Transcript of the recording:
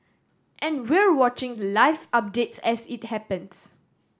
and we're watching the live updates as it happens